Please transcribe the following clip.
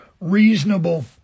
reasonable